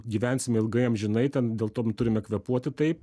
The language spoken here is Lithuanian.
gyvensime ilgai amžinai ten dėl to turime kvėpuoti taip